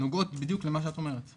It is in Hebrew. נוגעות בדיוק למה שאת אומרת.